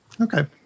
Okay